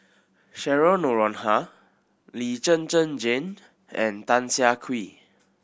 Cheryl Noronha Lee Zhen Zhen Jane and Tan Siah Kwee